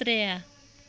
ترٛےٚ